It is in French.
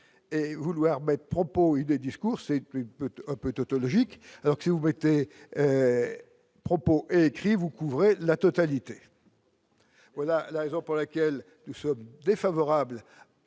et vouloir propos et des discours, c'est plus peut-être un peu tautologique, alors que si vous mettez propos écrits vous couvrir la totalité. Voilà la raison pour laquelle nous sommes défavorables